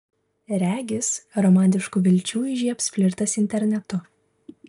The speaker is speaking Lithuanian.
regis romantiškų vilčių įžiebs flirtas internetu